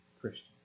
Christian